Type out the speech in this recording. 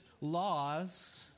laws